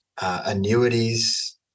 annuities